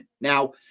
Now